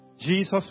Jesus